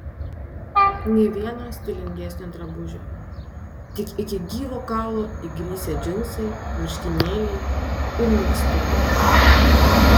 nė vieno stilingesnio drabužio tik iki gyvo kaulo įgrisę džinsai marškinėliai ir megztukai